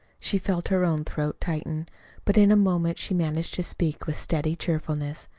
she felt her own throat tighten but in a moment she managed to speak with steady cheerfulness.